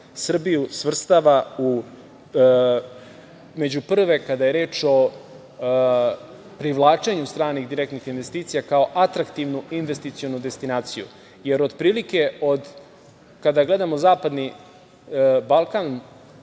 Srbiju svrstava među prve kada je reč o privlačenju stranih direktnih investicija kao atraktivnu investicionu destinaciju, jer otprilike od kada gledamo zapadni Balkan